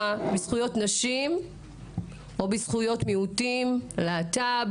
בזכויות נשים או בזכויות מיעוטים או להט"ב.